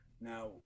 Now